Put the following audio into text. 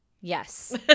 Yes